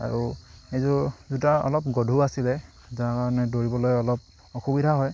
আৰু এইযোৰ জোতা অলপ গধুৰ আছিলে যাৰ কাৰণে দৌৰিবলৈ অলপ অসুবিধা হয়